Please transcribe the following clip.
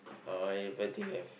uh I I think have